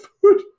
food